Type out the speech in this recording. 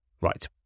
right